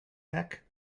neck